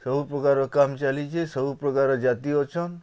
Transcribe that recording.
ସବୁ ପ୍ରକାର୍ର କାମ୍ ଚାଲିଚେ ସବୁପ୍ରକାର୍ ଜାତି ଅଛନ୍